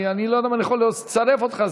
אני לא יודע אם אני יכול לצרף אותך,